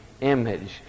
image